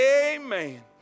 amen